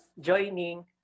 joining